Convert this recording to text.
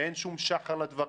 שאין שום שחר לדברים,